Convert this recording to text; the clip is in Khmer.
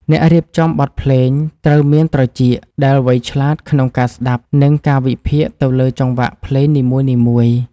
អ្នករៀបចំបទភ្លេងត្រូវមានត្រចៀកដែលវៃឆ្លាតក្នុងការស្ដាប់ និង ការវិភាគទៅលើចង្វាក់ភ្លេងនីមួយៗ។